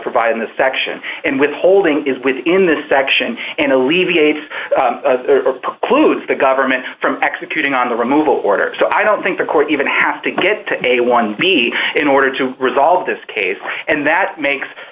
providing the section and withholding is within the section and alleviates clued the government from executing on the removal order so i don't think the court even have to get to a one b in order to resolve this case and that makes